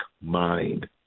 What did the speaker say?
mind